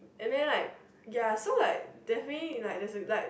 and then like ya so like definitely like there's like